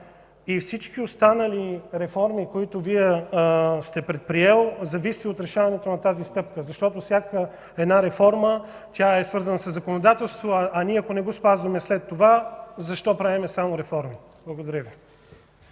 и всички останали реформи, които Вие сте предприел, зависят от решаването на тази стъпка. Защото всяка една реформа е свързана със законодателство, а след това, ако не го спазваме, защо правим само реформи? Благодаря Ви.